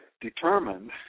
determined